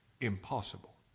impossible